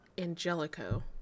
Angelico